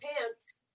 pants